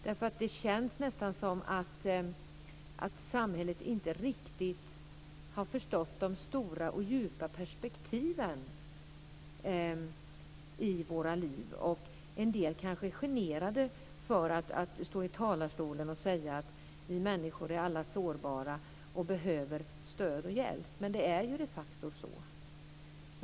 Det känns nästan som att samhället inte riktigt har förstått de stora och djupa perspektiven i våra liv. En del kanske är generade för att stå i talarstolen och säga: Vi människor är alla sårbara och behöver stöd och hjälp. Men det är ju de facto så.